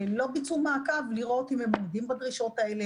לא ביצעו מעקב לראות אם הם עומדים בדרישות האלה,